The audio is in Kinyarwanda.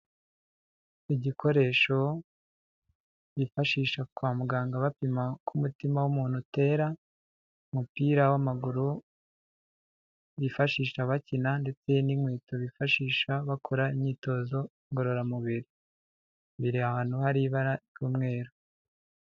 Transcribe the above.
Igikoresho bifashisha kwa muganga bapima uko umutima w'umuntu utera, umupira w'amaguru bifashisha bakina ndetse n'inkweto bifashisha bakora imyitozo ngororamubiri. Biri ahantu hari ibara ry'umweru.